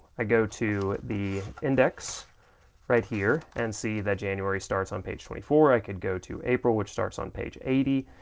i go to the index right here and see that january starts on page twenty four, i could go to april, which starts on page eighty,